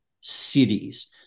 cities